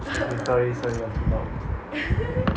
sorry sorry I'm too loud